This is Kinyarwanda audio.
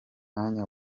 mwanya